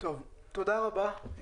תודה רבה.